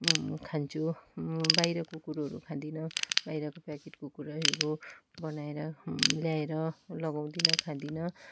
खान्छु बाहिरको कुरोहरू खाँदिन बाहिरको प्याकेटको कुरोहरू बनाएर ल्याएर लगाउँदिन खाँदिन